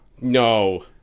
No